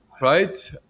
right